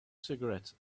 cigarette